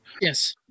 Yes